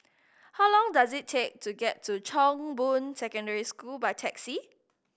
how long does it take to get to Chong Boon Secondary School by taxi